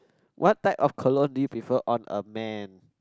what type of cologne do you prefer on a man